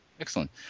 Excellent